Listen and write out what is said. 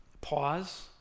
Pause